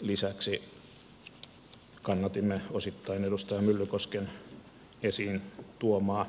lisäksi kannatimme osittain edustaja myllykosken esiin tuomaa